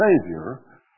Savior